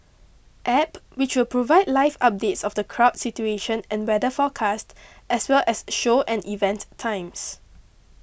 App which will provide live updates of the crowd situation and weather forecast as well as show and event times